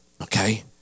Okay